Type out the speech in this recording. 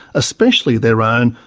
especially their own,